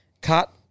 cut